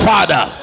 Father